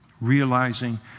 realizing